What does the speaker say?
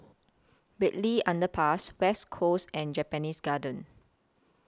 Bartley Underpass West Coast and Japanese Garden